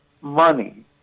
money